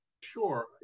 Sure